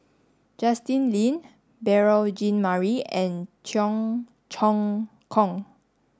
Justin Lean Beurel Jean Marie and Cheong Choong Kong